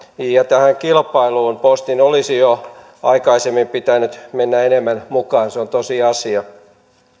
ja tähän kilpailuun postin olisi jo aikaisemmin pitänyt mennä enemmän mukaan se on tosiasia